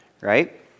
right